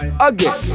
Again